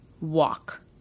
walk